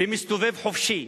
ומסתובב חופשי,